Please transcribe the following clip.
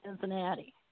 Cincinnati